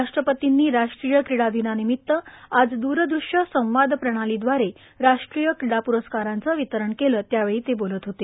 राष्ट्रपतींनी राष्ट्रीय क्रीडा दिनानिमित्त आज द्रदृष्य संवाद प्रणालीद्वारे राष्ट्रीय क्रीडा प्रस्कारांचं वितरण केलं त्यावेळी ते बोलत होते